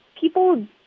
people